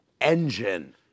engine